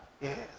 Yes